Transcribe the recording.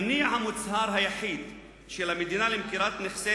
המניע המוצהר היחיד של המדינה למכירת נכסי